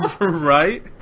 Right